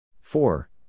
Four